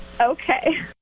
Okay